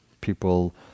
people